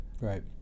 Right